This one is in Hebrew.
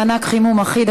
מענק חימום אחיד),